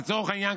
לצורך העניין,